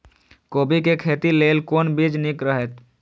कोबी के खेती लेल कोन बीज निक रहैत?